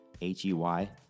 h-e-y